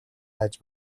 хайж